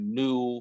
new